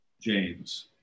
james